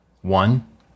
One